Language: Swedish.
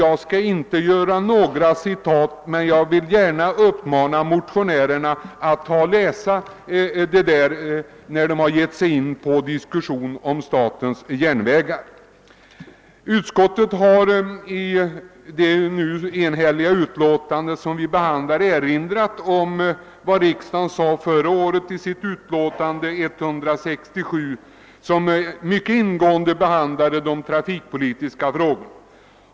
Jag skall inte citera någonting ur dem, men jag vill gärna uppmana motionärerna att läsa dem innan de ger sig in på en dis Utskottet har i det enhälliga utlåtandet nu erinrat om vad riksdagen uttalade förra året i sitt utlåtande nr 167, som mycket ingående behandlade de trafikpolitiska frågorna.